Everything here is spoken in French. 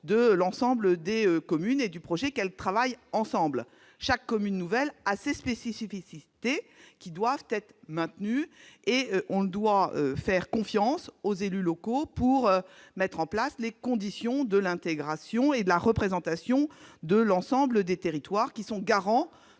rapprochement des communes, et sur la volonté de travailler ensemble. Chaque commune nouvelle a ses spécificités qui doivent être maintenues. On doit faire confiance aux élus locaux pour mettre en place les conditions de l'intégration et de la représentation de l'ensemble des territoires, qui sont garants